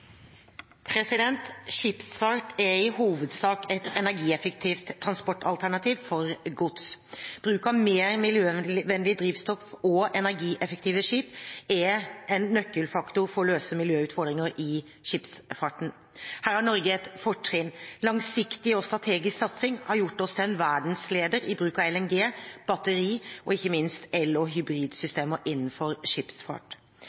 Skipsfart er i hovedsak et energieffektivt transportalternativ for gods. Bruk av mer miljøvennlig drivstoff og energieffektive skip er en nøkkelfaktor for å løse miljøutfordringer i skipsfarten. Her har Norge et fortrinn. Langsiktig og strategisk satsing har gjort oss til en verdensleder i bruk av LNG, batteri- og ikke minst el- og hybridsystemer innenfor skipsfart.